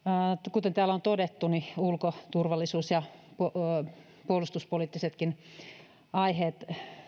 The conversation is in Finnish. kuten täällä on todettu ulko turvallisuus ja puolustuspoliittisetkin aiheet